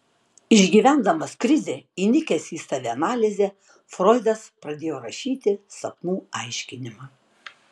išgyvendamas krizę įnikęs į savianalizę froidas pradėjo rašyti sapnų aiškinimą